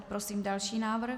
Prosím další návrh.